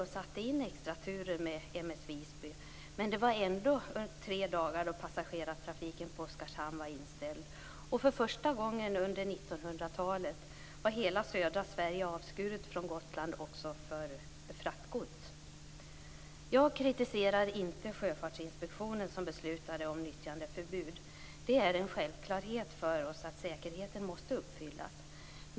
De satte in extraturer med M/S Visby. Men det var ändå tre dagar då passagerartrafiken på Oskarshamn var inställd, och för första gången under 1900-talet var hela södra Sverige avskuret från Gotland också vad gäller fraktgods. Jag kritiserar inte Sjöfartsinspektionen som beslutade om nyttjandeförbud. Det är en självklarhet för oss att säkerheten måste uppfyllas.